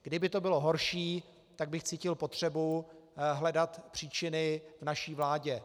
Kdyby to bylo horší, tak bych cítil potřebu hledat příčiny v naší vládě.